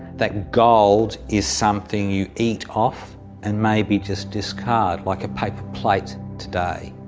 that gold is something you eat of and maybe just discard, like a paper plate today.